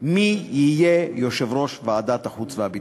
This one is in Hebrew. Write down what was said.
מי יהיה יושב-ראש ועדת החוץ והביטחון.